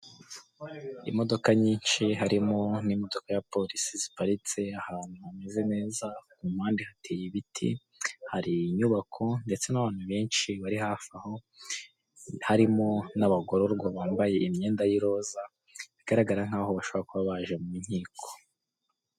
Imodoka nyinshi harimo n'imodoka ya polisi ziparitse ahantu hameze neza mu mpande hateye ibiti, hari inyubako ndetse n'abantu benshi bari hafi aho, harimo n'abagororwa bambaye imyenda y'iroza bigaragara nkaho bashobora kuba baje mu nkiko.